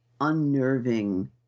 unnerving